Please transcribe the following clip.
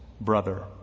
brother